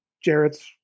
Jarrett's